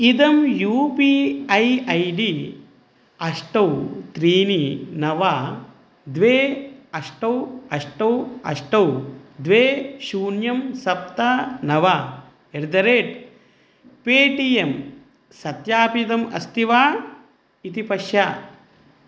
इदं U P I I D अष्ट त्रीणि नव द्वे अष्ट अष्ट अष्ट द्वे शून्यं सप्त नव at the rate Paytm सत्यापितम् अस्ति वा इति पश्य